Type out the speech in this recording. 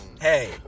Hey